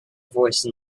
voice